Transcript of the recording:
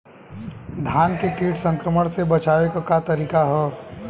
धान के कीट संक्रमण से बचावे क का तरीका ह?